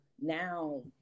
now